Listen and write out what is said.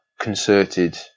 concerted